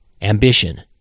Ambition